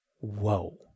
Whoa